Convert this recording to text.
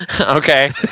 Okay